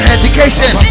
education